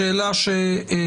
זו שאלה שנעלה.